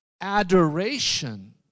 adoration